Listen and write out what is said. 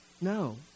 No